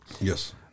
Yes